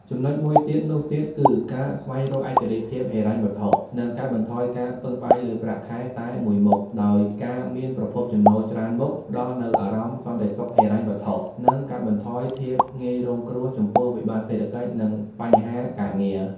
ចំណុចមួយទៀតនោះទៀតគឺ ការស្វែងរកឯករាជ្យភាពហិរញ្ញវត្ថុ និងកាត់បន្ថយការពឹងផ្អែកលើប្រាក់ខែតែមួយមុខ ដោយការមានប្រភពចំណូលច្រើនមុខ ផ្តល់នូវអារម្មណ៍សន្តិសុខហិរញ្ញវត្ថុ និងកាត់បន្ថយភាពងាយរងគ្រោះចំពោះវិបត្តិសេដ្ឋកិច្ច ឬបញ្ហាការងារ។